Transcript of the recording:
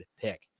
pick